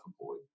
employed